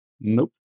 Nope